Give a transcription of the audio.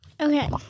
Okay